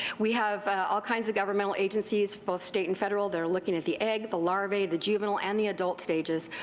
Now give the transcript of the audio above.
we have all kinds of governmental agencies, both state and federal, that are looking at the egg, the larvae, the juvenile and the adult stages.